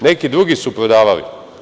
Neki drugi su prodavali.